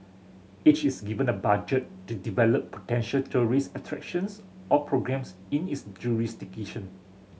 each is given a budget to develop potential tourist attractions or programmes in its jurisdiction